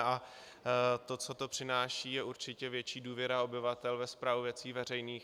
A to, co to přináší, je určitě větší důvěra obyvatel ve správu věcí veřejných.